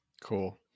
Cool